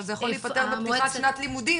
אבל זה יכול להיפתר בפתיחת שנת לימודים,